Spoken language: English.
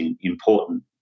important